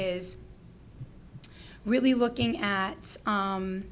is really looking at